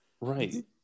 Right